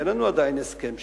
אין לנו עדיין הסכם שלום.